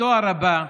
בחוצפתו הרבה,